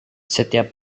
setiap